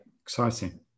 exciting